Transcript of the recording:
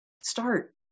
Start